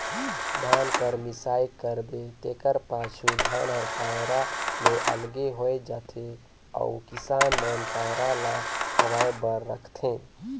धान कर मिसाई करबे तेकर पाछू धान हर पैरा ले अलगे होए जाथे अउ किसान मन पैरा ल खवाए बर राखथें